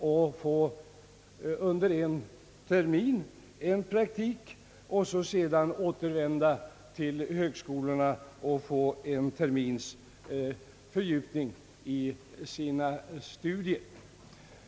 Därefter återvänder de till högskolorna och får en termins fördjupning i sina studier.